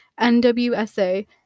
NWSA